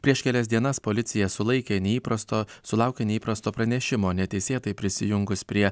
prieš kelias dienas policija sulaikė neįprasto sulaukė neįprasto pranešimo neteisėtai prisijungus prie